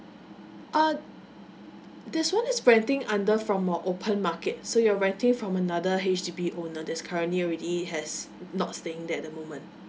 uh this one is renting under from a open market so you're renting from another H_D_B owner that's currently already has not staying there at the moment